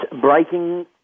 breaking